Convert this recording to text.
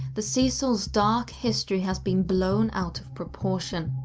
the cecil's dark history has been blown out of proportion.